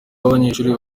abanyeshuli